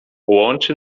łączy